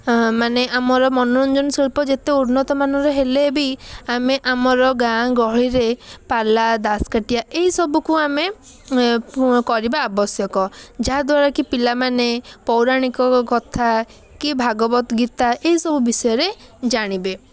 ମାନେ ଆମର ମନୋରଞ୍ଜନ ଶିଳ୍ପ ଯେତେ ଉନ୍ନତମାନର ହେଲେ ବି ଆମେ ଆମର ଗାଁ ଗହଳିରେ ପାଲା ଦାସ୍କାଠିଆ ଏହିସବୁକୁ ଆମେ କରିବା ଆବଶ୍ୟକ ଯାହା ଦ୍ଵାରାକି ପିଲାମାନେ ପୌରାଣିକ କଥା କି ଭାଗବତ ଗୀତା ଏହିସବୁ ବିଷୟରେ ଜାଣିବେ